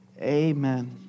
Amen